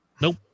Nope